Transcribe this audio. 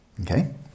Okay